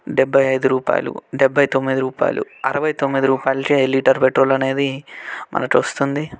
డెబ్బై ఐదు రూపాయలు డెబ్బై తొమ్మిది రూపాయలు అరవై తొమ్మిది రూపాయలకే లీటర్ పెట్రోల్ అనేది మనకి వస్తుంది